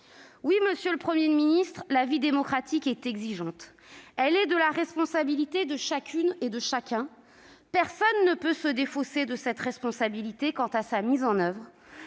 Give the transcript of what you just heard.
Oui, monsieur le Premier ministre, la vie démocratique est exigeante. Elle est de la responsabilité de chacune et de chacun. Personne ne peut se défausser de sa responsabilité quant à sa mise en oeuvre.